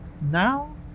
Now